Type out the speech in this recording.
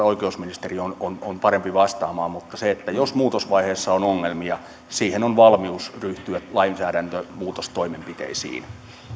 oikeusministeri on on parempi vastaamaan mutta jos muutosvaiheessa on ongelmia siinä on valmius ryhtyä lainsäädännön muutostoimenpiteisiin pyydän